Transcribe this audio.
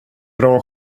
bra